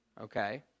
okay